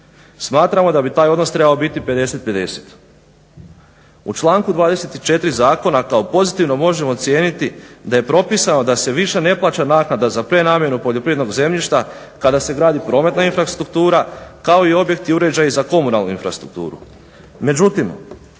Smatramo da bi taj odnos trebao biti 50-50. U članku 24.zakona kao pozitivno možemo ocijeniti da je propisano da se više ne plaća naknada za prenamjenu poljoprivrednog zemljišta kada se gradi prometa infrastruktura kao i objekti i uređaji za komunalnu infrastrukturu.